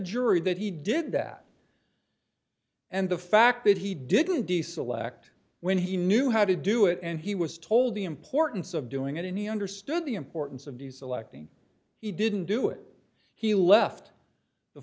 jury that he did that and the fact that he didn't diesel act when he knew how to do it and he was told the importance of doing any understood the importance of the selecting he didn't do it he left the